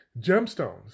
gemstones